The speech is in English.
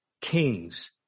kings